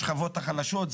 השכבות החלשות,